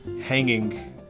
hanging